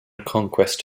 conquest